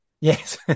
Yes